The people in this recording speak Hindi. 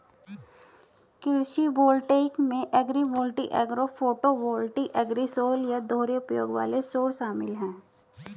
कृषि वोल्टेइक में एग्रीवोल्टिक एग्रो फोटोवोल्टिक एग्रीसोल या दोहरे उपयोग वाले सौर शामिल है